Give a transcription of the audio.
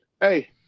Hey